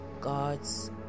God's